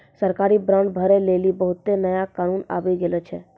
सरकारी बांड भरै लेली बहुते नया कानून आबि गेलो छै